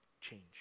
Change